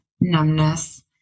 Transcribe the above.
numbness